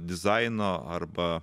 dizaino arba